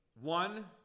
one